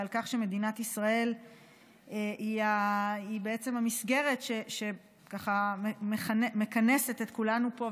ועל כך שמדינת ישראל היא המסגרת שככה מכנסת את כולנו פה,